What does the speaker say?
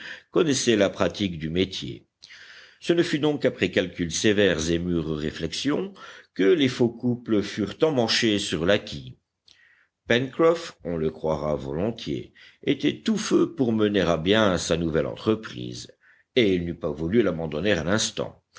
connaissait la pratique du métier ce ne fut donc qu'après calculs sévères et mûres réflexions que les faux couples furent emmanchés sur la quille pencroff on le croira volontiers était tout feu pour mener à bien sa nouvelle entreprise et il n'eût pas voulu l'abandonner un instant